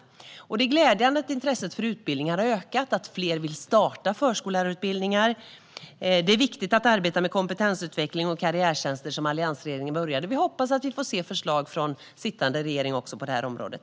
Det är glädjande att intresset för utbildningarna har ökat och att fler vill starta förskollärarutbildningar. Det är viktigt att arbeta med kompetensutveckling och karriärtjänster, som alliansregeringen började med. Jag hoppas att vi får se förslag också från sittande regering på området.